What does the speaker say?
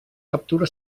captura